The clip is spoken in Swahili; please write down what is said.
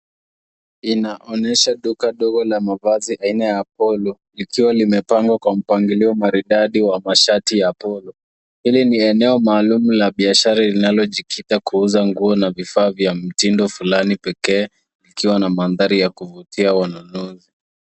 Inaonesha duka dogo la mavazi aina ya polo , likiwa limepangwa kwa mpangilio maridadi wa mashati ya polo . Hili ni eneo maalum la biashara linalojikita kuuza nguo na vifaa vya mtindo fulani pekee, ikiwa na mandhari ya kuvutia wanunuzi.